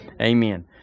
Amen